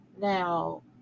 now